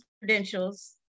credentials